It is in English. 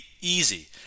easy